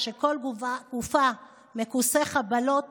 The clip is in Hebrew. שכל גופה מכוסה חבלות